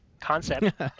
concept